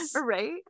Right